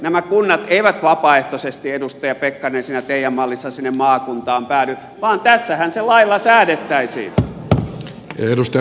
nämä kunnat eivät vapaaehtoisesti edustaja pekkarinen siinä teidän mallissanne sinne maakuntaan päädy vaan tässähän se lailla säädettäisiin